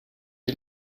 die